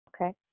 Okay